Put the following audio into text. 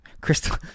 Crystal